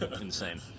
Insane